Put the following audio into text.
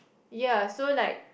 ya so like